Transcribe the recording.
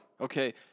Okay